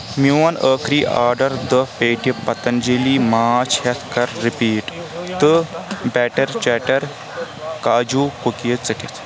میون أخری آڈر دہ پیٹہِ پتنجٔلی ماچھ ہیتھ کر رِپیٖٹ تہٕ بیٹر چیٹر کاجوٗ کُکیٖز ژٹھ